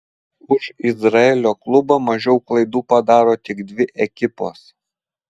už izraelio klubą mažiau klaidų padaro tik dvi ekipos